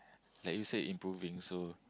like you said improving so